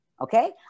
okay